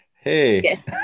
Hey